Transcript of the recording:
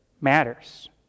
matters